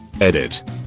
Edit